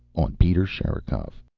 on peter sherikov.